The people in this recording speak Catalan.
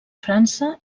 frança